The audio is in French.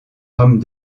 rome